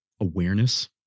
awareness